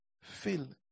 fill